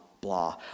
blah